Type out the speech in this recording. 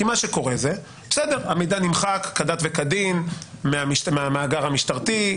כי מה שקורה זה שהמידע נמחק כדת וכדין מהמאגר המשטרתי,